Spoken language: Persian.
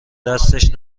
دستش